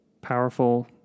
powerful